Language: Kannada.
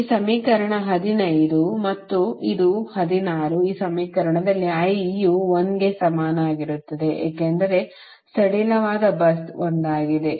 ಈ ಸಮೀಕರಣ 15 ಮತ್ತು ಇದು 16 ಈ ಸಮೀಕರಣದಲ್ಲಿ i ಯು 1 ಕ್ಕೆ ಸಮನಾಗಿರುತ್ತದೆ ಏಕೆಂದರೆ ಸಡಿಲವಾದ bus ಒಂದಾಗಿದೆ